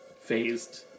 phased